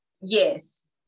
yes